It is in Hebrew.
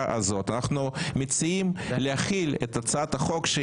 הזאת אנחנו מציעים להחיל את הצעת החוק,